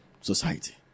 society